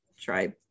try